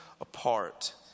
apart